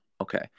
Okay